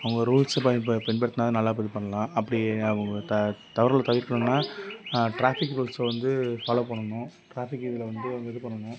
அவங்க ரூல்ஸை பய ப பின்பற்றுனால் நல்லா பின் பண்ணலாம் அப்படி அவங்க த தவறுகளை தவிர்க்கணும்னா ட்ராஃபிக் ரூல்ஸை வந்து ஃபாலோ பண்ணணும் ட்ராஃபிக் இதில் வந்து அந்த இது பண்ணணும்